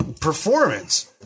performance